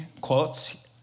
quotes